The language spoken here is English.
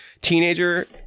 teenager